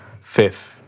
fifth